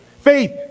Faith